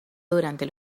durante